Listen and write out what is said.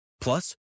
Plus